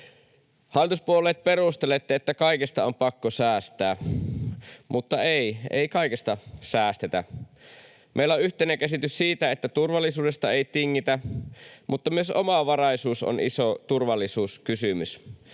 Hallituspuolueet, perustelette, että kaikesta on pakko säästää. Mutta ei — ei kaikesta säästetä. Meillä on yhteinen käsitys siitä, että turvallisuudesta ei tingitä, mutta myös omavaraisuus on iso turvallisuuskysymys.